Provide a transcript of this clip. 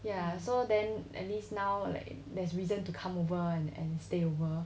ya so then at least now like there's reason to come over and stay over